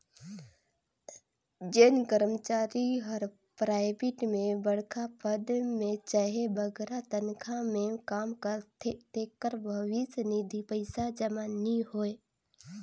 जेन करमचारी हर पराइबेट में बड़खा पद में चहे बगरा तनखा में काम करथे तेकर भविस निधि पइसा जमा नी होए